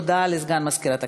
הודעה לסגן מזכירת הכנסת.